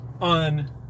on